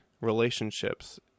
relationships